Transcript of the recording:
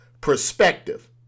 perspective